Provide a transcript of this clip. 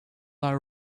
our